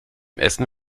essen